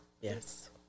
Yes